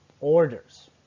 orders